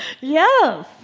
Yes